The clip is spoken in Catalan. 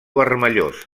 vermellós